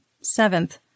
Seventh